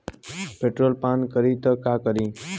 Petrol पान करी त का करी?